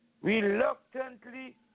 Reluctantly